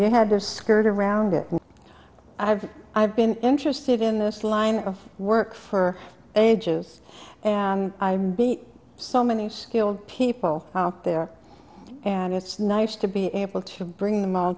they had their skirt around it i've i've been interested in this line of work for ages and i saw many skilled people there and it's nice to be able to bring them all